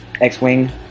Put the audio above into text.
X-wing